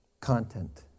Content